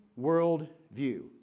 worldview